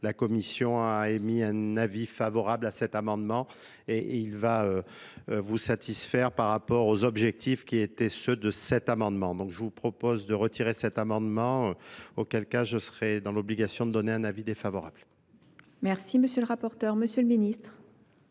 la commission a émis un avis favorable à cet et il va vous satisfaire par rapport aux objectifs qui étaient ceux de cet amendement donc je vous propose de retirer cet amendement auquel cas je serai dans l'obligation de donner un avis défavorable M. le rapporteur, M. le ministre.